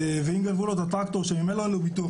ואם גנבו לו את הטרקטור שממילא אין לו ביטוח,